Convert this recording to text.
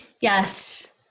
Yes